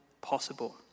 possible